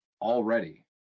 already